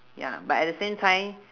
ya but at the same time